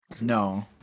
No